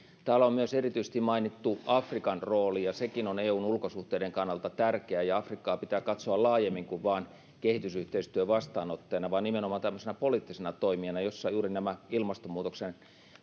on myös erityisesti mainittu afrikan rooli ja sekin on eun ulkosuhteiden kannalta tärkeä afrikkaa pitää katsoa laajemmin kuin vain kehitysyhteistyön vastaanottajana nimenomaan tämmöisenä poliittisena toimijana juuri ilmastonmuutoksen